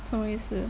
什么意思